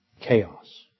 Chaos